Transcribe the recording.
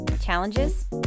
Challenges